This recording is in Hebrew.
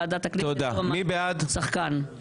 ועדת הכנסת לא ממש שחקן.